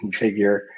configure